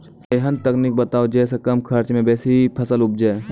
ऐहन तकनीक बताऊ जै सऽ कम खर्च मे बेसी फसल उपजे?